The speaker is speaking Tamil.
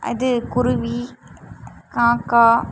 அது குருவி காக்கா